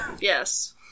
Yes